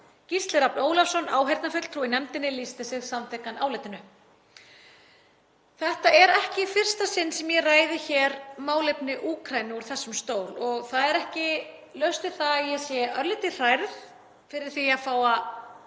Gísli Rafn Ólafsson, áheyrnarfulltrúi í nefndinni, lýsti sig samþykkan álitinu. Þetta er ekki í fyrsta sinn sem ég ræði hér málefni Úkraínu úr þessum stól og það er ekki laust við að ég sé örlítið hrærð yfir því að fá að